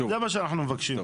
זה מה שאנחנו מבקשים.